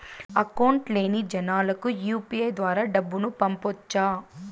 Account లేని జనాలకు UPI ద్వారా డబ్బును పంపొచ్చా?